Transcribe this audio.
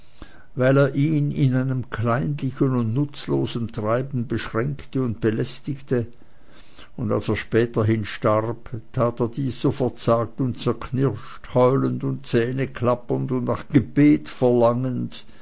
weil er ihn in einem kleinlichen und nutzlosen treiben beschränkte und belästigte und als er späterhin starb tat er dies so verzagt und zerknirscht heulend und zähneklappend und nach gebet verlangend